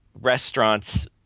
restaurants